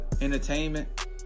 entertainment